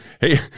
Hey